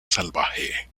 salvaje